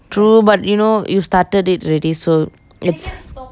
true but you know you started it ready so let's say